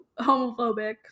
Homophobic